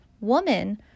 woman